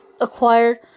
acquired